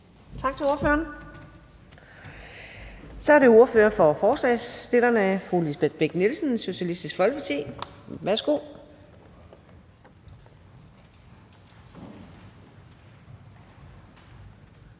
Tak til ordføreren. Så er det ordføreren for forslagsstillerne, fru Lisbeth Bech-Nielsen, Socialistisk Folkeparti. Værsgo.